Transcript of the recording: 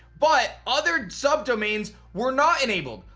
but, other subdomains were not enabled.